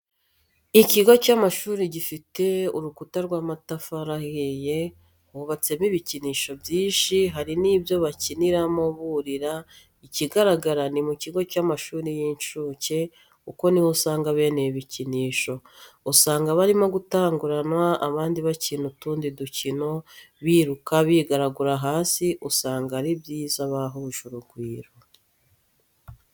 Ikigo cy'amashuri gifite urukuta rw'amatafari ahiye hubatsemo ibikinisho byinshi, hari n'ibyo bakiniramo burira ikigaragara ni mu kigo cy'amashuri y'incuke kuko ni ho usanga bene ibi bikinisho, usanga barimo gutanguranwa abandi bakina utundi dukino biruka bigaragura hasi ugasanga ari byiza bahuje urugwiro.